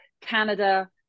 Canada